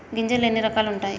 గింజలు ఎన్ని రకాలు ఉంటాయి?